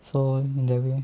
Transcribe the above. so in that way